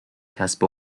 کسب